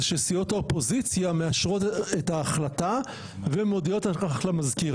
זה שסיעות האופוזיציה מאשרות את ההחלטה ומודיעות על כך למזכיר.